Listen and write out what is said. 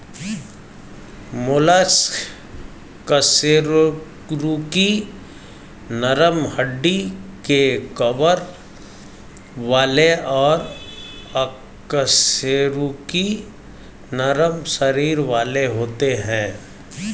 mollusc कशेरुकी नरम हड्डी के कवर वाले और अकशेरुकी नरम शरीर वाले होते हैं